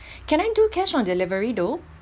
can I do cash on delivery though